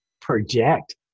project